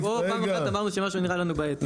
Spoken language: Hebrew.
פה פעם אחת עברנו על רשימה שנראה לנו בעייתי.